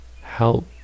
help